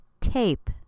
Tape